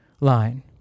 line